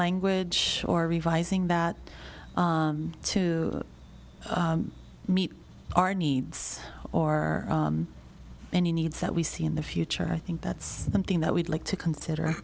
language or revising that to meet our needs or any needs that we see in the future i think that's something that we'd like to consider